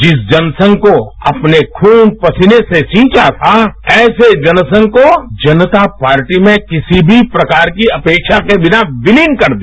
जिस जनसंघ को अपने खून पसीने से सींचा था ऐसे जनसंघ को जनता पार्टी में किसी भी प्रकार की अपेक्षा के बिना विलीन कर दिया